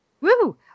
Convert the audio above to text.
woo